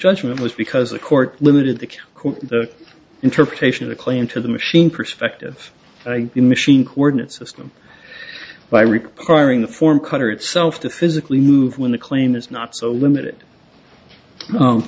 judgment was because the court limited the interpretation of clay into the machine perspective the machine coordinate system by requiring the form cutter itself to physically move when the claim is not so limited